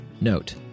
Note